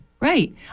Right